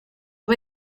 you